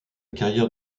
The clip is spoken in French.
carrière